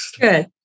Good